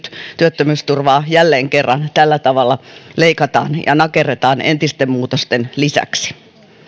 työttömyysturvaa jälleen kerran tällä tavalla leikataan ja nakerretaan entisten muutosten lisäksi